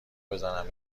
بزنم